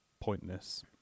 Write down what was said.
pointless